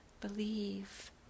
believe